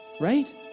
Right